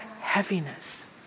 heaviness